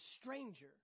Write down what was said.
stranger